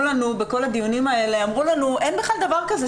לנו בכל הדיונים האלה שאין בכלל דבר כזה,